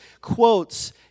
quotes